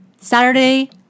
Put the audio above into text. Saturday